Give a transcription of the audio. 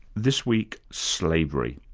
this week, slavery.